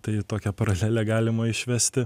tai tokią paralelę galima išvesti